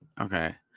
okay